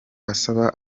asaba